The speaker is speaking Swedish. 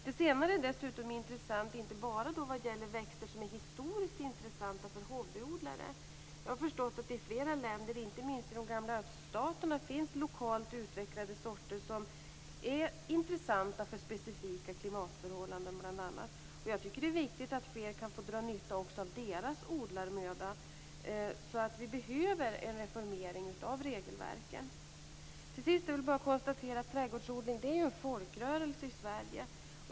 Det senare är dessutom intressant inte bara vad gäller växter som är historiskt intressanta för hobbyodlare. Jag har förstått att det i flera länder, inte minst i de gamla öststaterna, finns lokalt utvecklade sorter som är intressanta bl.a. för specifika klimatförhållanden. Jag tycker att det är viktigt att fler kan få dra nytta också av andra länders odlarmöda. Vi behöver alltså en reformering av regelverket. Till sist vill jag konstatera att trädgårdsodling är en folkrörelse i Sverige.